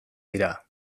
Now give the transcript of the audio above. dira